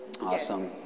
Awesome